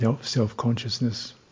self-consciousness